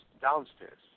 downstairs